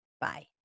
Bye